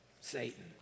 Satan